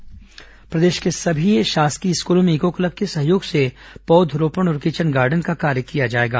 eco club पौधरोपण प्रदेश के सभी शासकीय स्कूलों में ईको क्लब के सहयोग से पौधरोपण और किचन गार्डन का कार्य किया जाएगा